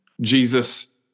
Jesus